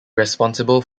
responsible